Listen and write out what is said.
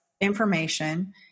information